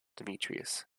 demetrius